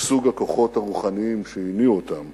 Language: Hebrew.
לסוג הכוחות הרוחניים שהניעו אותם